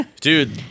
Dude